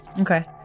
Okay